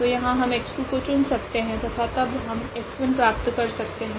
तो यहाँ हम x2 को चुन सकते है तथा तब हम x1 प्राप्त कर सकते है